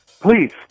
Please